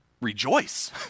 rejoice